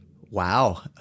Wow